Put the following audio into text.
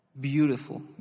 beautiful